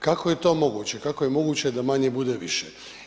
Kako je to moguće, kako je moguće da manje bude više.